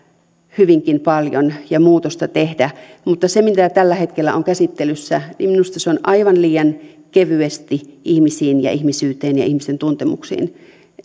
hyvinkin paljon ja muutosta tehdä mutta minusta se mitä tällä hetkellä on käsittelyssä on aivan liian kevyesti ihmisiin ja ihmisyyteen ja ihmisten tuntemuksiin